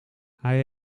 hij